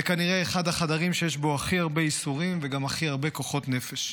זה כנראה אחד החדרים שיש בו הכי הרבה ייסורים וגם הכי הרבה כוחות נפש.